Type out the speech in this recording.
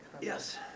Yes